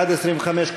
עד 25,